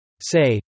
Say